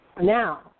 Now